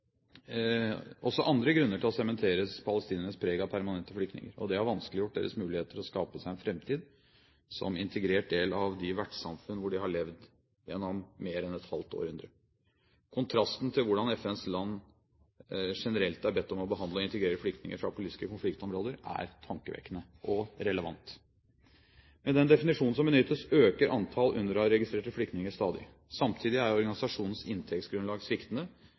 også andre grunner til å sementere palestinernes preg av permanente flyktninger. Det har vanskeliggjort deres muligheter til å skape seg en framtid som integrert del av de vertssamfunn hvor de har levd gjennom mer enn et halvt århundre. Kontrasten til hvordan FNs land generelt er bedt om å behandle og integrere flyktninger fra politiske konfliktområder, er tankevekkende og relevant. Med den definisjonen som benyttes, øker antallet UNRWA-registrerte flyktninger stadig. Samtidig er organisasjonens inntektsgrunnlag sviktende,